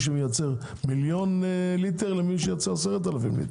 שמייצר מיליון ליטר ולמי שמייצר 10,000 ליטר.